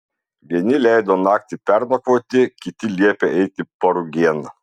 vieni leido naktį pernakvoti kiti liepė eiti parugėn